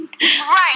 Right